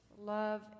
love